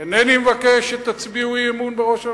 אינני מבקש שתצביעו אי-אמון בראש הממשלה.